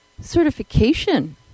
certification